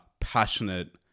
passionate